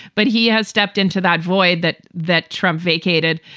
but he has stepped into that void that that trump vacated.